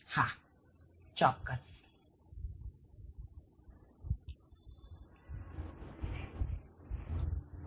હા ચોક્કસ